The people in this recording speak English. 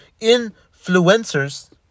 influencers